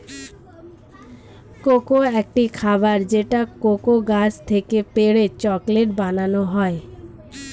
cocoa একটি খাবার যেটা কোকো গাছ থেকে পেড়ে চকলেট বানানো হয়